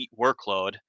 workload